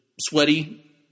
sweaty